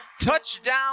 touchdown